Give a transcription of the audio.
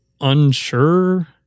unsure